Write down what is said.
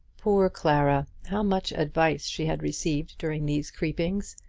poor clara! how much advice she had received during these creepings,